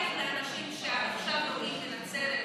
להבטיח לאנשים שם, בנצרת,